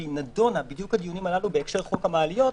והיא נדונה בדיוק בדיונים הללו בהקשר חוק המעליות,